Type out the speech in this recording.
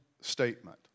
statement